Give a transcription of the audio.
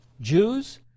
Jews